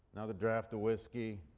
another draught of whiskey,